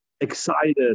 excited